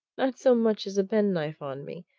not so much as a penknife on me,